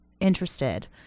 interested